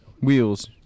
Wheels